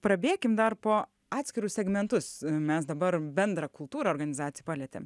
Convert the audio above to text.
prabėkim dar po atskirus segmentus mes dabar bendrą kultūrą organizacijų palietėm